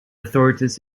authorities